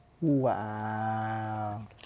Wow